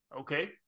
Okay